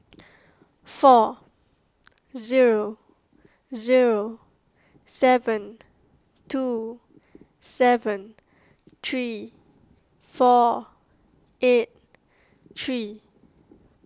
four zero zero seven two seven three four eight three